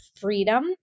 freedom